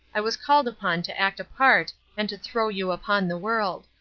i was called upon to act a part and to throw you upon the world.